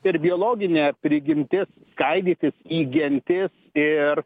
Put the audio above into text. ir biologinė prigimtis skaidytis į gentis ir